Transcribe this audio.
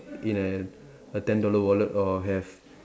in a a ten dollar wallet or have